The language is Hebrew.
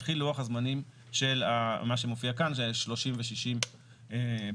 מתחיל לוח הזמנים של מה שמופיע כאן של 30 ו-60 בהתאמה.